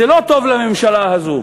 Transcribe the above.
זה לא טוב לממשלה הזו.